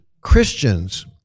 Christians